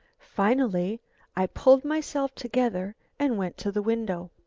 finally i pulled myself together and went to the window.